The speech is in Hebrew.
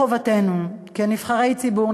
חובתנו כנבחרי ציבור,